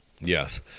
Yes